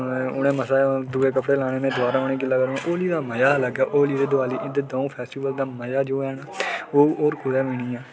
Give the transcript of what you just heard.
उ'नें मसां दूऐ कपड़े लाने में दोबारा उ'नें गिल्ला करी ओड़ना होली ते दिवाली इं'दे द'ऊं फैसीटिवल दा मज़ा जो है ना ओह् होर कुदै बी नेईं ऐ